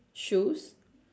shoes